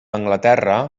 anglaterra